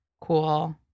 cool